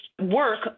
work